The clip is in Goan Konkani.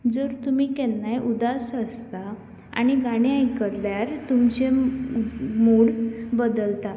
जर तुमी केन्नाय उदास आसता आनी गाणें आयकल्यार तुमचें मुड बदलतां